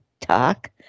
talk